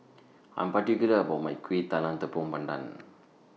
I'm particular about My Kueh Talam Tepong Pandan